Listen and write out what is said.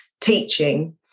teaching